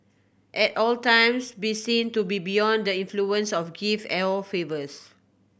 at all times be seen to be beyond the influence of gifts or favours